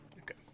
Okay